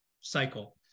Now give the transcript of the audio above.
cycle